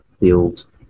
build